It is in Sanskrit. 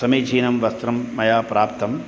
समीचीनं वस्त्रं मया प्राप्तम्